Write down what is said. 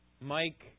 Mike